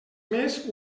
més